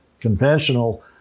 conventional